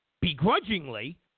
begrudgingly